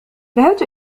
ذهبت